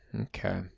Okay